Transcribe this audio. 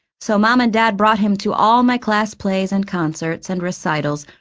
so mom and dad brought him to all my class plays and concerts and recitals,